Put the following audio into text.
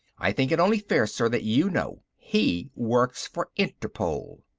i think it only fair, sir, that you know. he works for interpol.